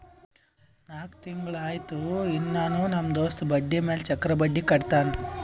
ನಾಕ್ ತಿಂಗುಳ ಆಯ್ತು ಇನ್ನಾನೂ ನಮ್ ದೋಸ್ತ ಬಡ್ಡಿ ಮ್ಯಾಲ ಚಕ್ರ ಬಡ್ಡಿ ಕಟ್ಟತಾನ್